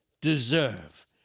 deserve